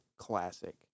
Classic